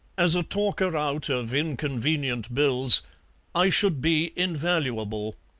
as a talker-out of inconvenient bills i should be invaluable.